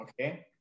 Okay